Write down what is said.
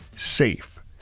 safe